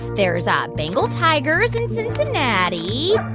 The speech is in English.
there's ah bengal tigers in cincinnati